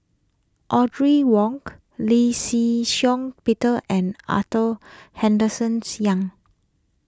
Audrey Wong Lee Shih Shiong Peter and Arthur Henderson Young